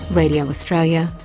radio australia,